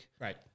right